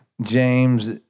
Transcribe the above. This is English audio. James